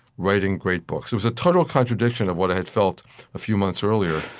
writing great books. it was a total contradiction of what i had felt a few months earlier.